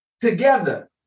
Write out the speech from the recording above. together